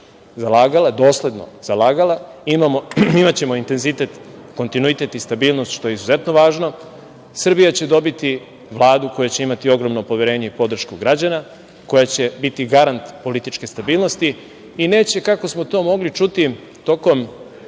zalagala, dosledno zalagala. Imaćemo intenzitet, kontinuitet i stabilnost, što je izuzetno važno. Srbija će dobiti Vladu koja će imati ogromno poverenje i podršku građana, koja će biti garant političke stabilnosti i neće, kako smo to mogli čuti tokom,